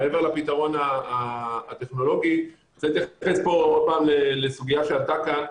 מעבר לפתרון הטכנולוגי צריך להתייחס פה לסוגיה שעלתה כאן,